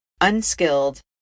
unskilled